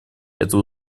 это